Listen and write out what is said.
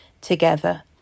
together